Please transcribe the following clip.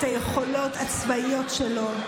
את היכולות הצבאיות שלו,